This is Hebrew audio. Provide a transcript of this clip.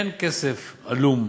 אין כסף עלום,